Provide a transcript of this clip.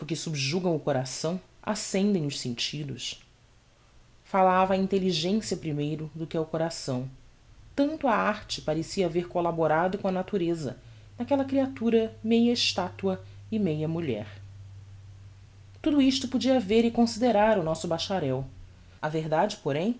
subjugam o coração accendem os sentidos falava á intelligencia primeiro do que ao coração tanto a arte parecia haver collaborado com a natureza naquella creatura meia estatua e meia mulher tudo isto podia ver e considerar o nosso bacharel a verdade porém